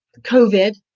COVID